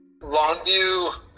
Longview